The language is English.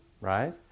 right